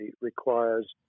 requires